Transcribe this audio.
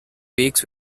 weeks